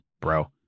bro